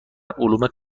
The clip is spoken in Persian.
علوم